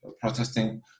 protesting